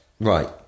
Right